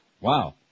wow